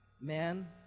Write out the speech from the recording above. Man